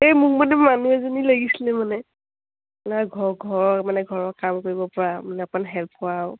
এই মোক মানে মানুহ এজনী লাগিছিলে মানে মানে ঘৰ মানে ঘৰৰ কাম কৰিবপৰা মানে অকণ হেল্প কৰা আৰু